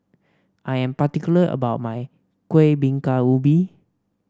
I am particular about my Kuih Bingka Ubi